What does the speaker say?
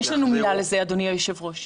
יש לנו מילה לזה, אדוני היושב-ראש.